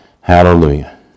Hallelujah